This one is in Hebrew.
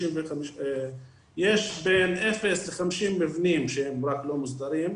35 יש בין 0-50 מבנים שהם רק לא מוסדרים,